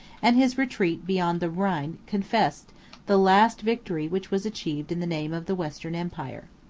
and his retreat beyond the rhine confessed the last victory which was achieved in the name of the western empire.